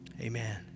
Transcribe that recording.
amen